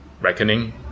reckoning